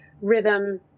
rhythm